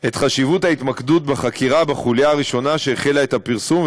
את חשיבות ההתמקדות בחקירה בחוליה הראשונה שהחלה את הפרסום,